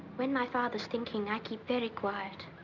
when my father's thinking, i keep very quiet.